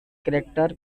character